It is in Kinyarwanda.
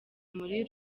muri